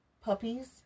puppies